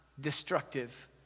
destructive